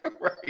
Right